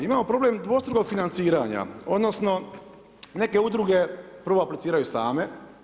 Imamo problem dvostrukog financiranja, odnosno neke udruge prvo apliciraju same.